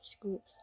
groups